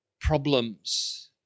problems